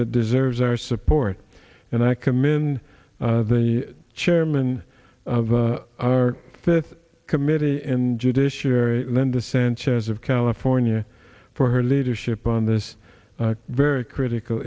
that deserves our support and i commend the chairman of our fifth committee and judiciary then the sanchez of california for her leadership on this very critical